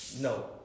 No